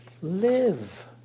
live